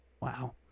Wow